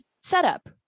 setup